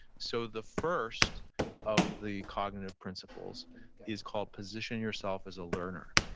so the first of the cognitive principles is called position yourself as a learner.